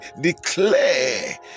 declare